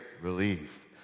relief